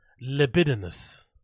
Libidinous